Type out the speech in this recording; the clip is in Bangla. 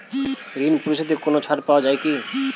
ঋণ পরিশধে কোনো ছাড় পাওয়া যায় কি?